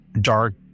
dark